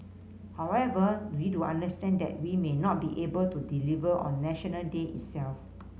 however we do understand that we may not be able to deliver on National Day itself